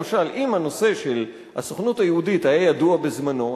למשל אם הנושא של הסוכנות היהודית היה ידוע בזמנו,